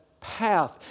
path